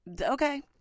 Okay